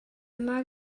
immer